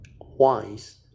wise